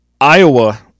Iowa